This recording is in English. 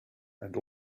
and